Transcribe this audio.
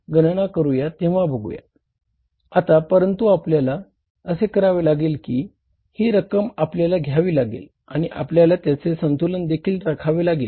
आता परंतु आपल्याला असे करावे लागेल की ही रक्कम आपल्याला घ्यावी लागेल आणि आपल्याला त्याचे संतुल देखील राखावे लागेल